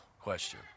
question